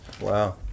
Wow